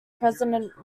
president